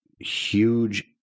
huge